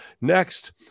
next